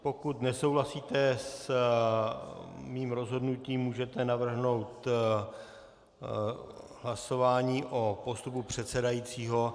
Pokud nesouhlasíte s mým rozhodnutím, můžete navrhnout hlasování o postupu předsedajícího.